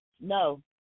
no